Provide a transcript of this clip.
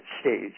stage